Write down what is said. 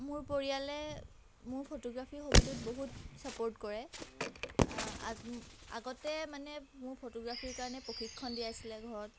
মোৰ পৰিয়ালে মোৰ ফটোগ্ৰাফী হবিটোত বহুত ছাপৰ্ট কৰে আগতে মানে মোৰ ফটোগ্ৰাফী কাৰণে প্ৰশিক্ষণ দিয়াইছিলে ঘৰত